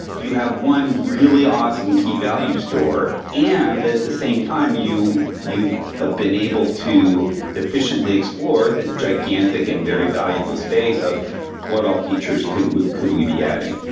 you have one really awesome key value store. and at the same time, you've ah been able to efficiently explore this gigantic and very valuable space of what all features could we could we be adding?